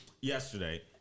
yesterday